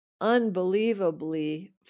unbelievably